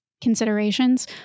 considerations